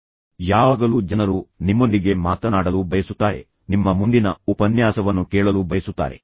ಆದ್ದರಿಂದ ಯಾವಾಗಲೂ ಜನರು ನಿಮ್ಮೊಂದಿಗೆ ಮಾತನಾಡಲು ಬಯಸುತ್ತಾರೆ ಯಾವಾಗಲೂ ಜನರು ನಿಮ್ಮ ಮುಂದಿನ ಉಪನ್ಯಾಸವನ್ನು ಕೇಳಲು ಬಯಸುತ್ತಾರೆ